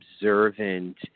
observant